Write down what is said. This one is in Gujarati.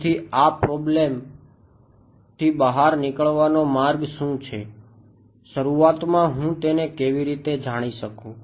તેથી આ પ્રોબ્લેમ થી બહાર નીકળવાનો માર્ગ શું છે શરૂઆતમાં હું તેને કેવી રીતે જાણી શકું